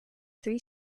three